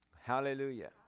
Hallelujah